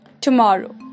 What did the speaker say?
Tomorrow